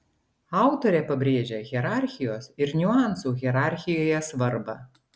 autorė pabrėžia hierarchijos ir niuansų hierarchijoje svarbą